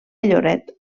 lloret